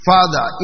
Father